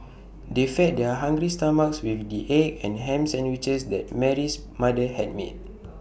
they fed their hungry stomachs with the egg and Ham Sandwiches that Mary's mother had made